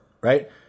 Right